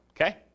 okay